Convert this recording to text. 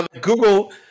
Google